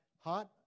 hot